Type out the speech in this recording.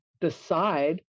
decide